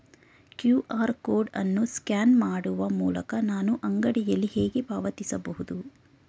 QR code ಅನ್ನು scan ಮಾಡುವ ಮೂಲಕ ನಾನು ಅಂಗಡಿಯಲ್ಲಿ ಹೇಗೆ ಪಾವತಿಸಬಹುದು?